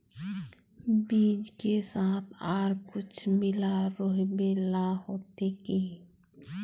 बीज के साथ आर कुछ मिला रोहबे ला होते की?